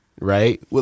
right